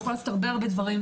יכול לעשות דברים רבים.